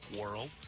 world